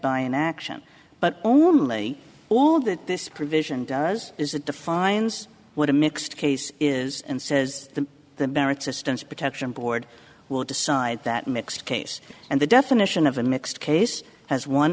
by an action but only all that this provision does is it defines what a mixed case is and says that the merit systems protection board will decide that mixed case and the definition of a mixed case has one